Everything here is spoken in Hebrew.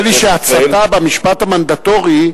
נדמה לי שהצתה במשפט המנדטורי,